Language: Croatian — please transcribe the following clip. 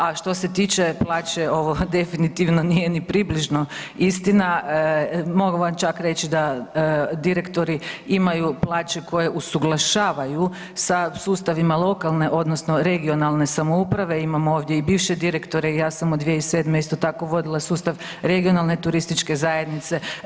A što se tiče plaće ovo definitivno nije ni približno istina, mogu vam čak reći da direktori imaju plaće koje usuglašavaju sa sustavima lokalne odnosno regionalne samouprave, imamo ovdje i bivše direktore i ja sam od 2007. isto tako vodila sustav regionalne turističke zajednice.